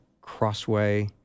Crossway